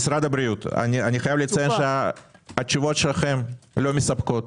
משרד הבריאות, התשובות שלכם לא מספקות,